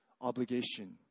obligation